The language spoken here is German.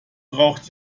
braucht